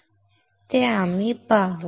आम्हाला काय हवे आहे ते आम्ही पाहू